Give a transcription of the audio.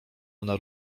ona